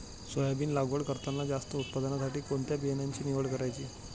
Soybean लागवड करताना जास्त उत्पादनासाठी कोणत्या बियाण्याची निवड करायची?